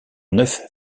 neuf